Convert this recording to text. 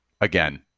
again